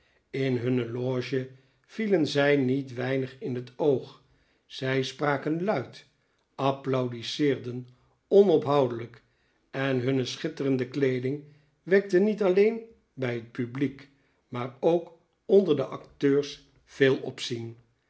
in hunne loge vielen zij niet weinig in het oog zij spraken luid applaudisseerden onophoudelijk en hunne schitterende kleeding wekte niet alleen bij het publiek maar ook onder de acteurs veel opzien